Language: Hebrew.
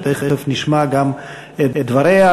שתכף נשמע גם את דבריה.